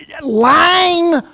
lying